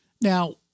Now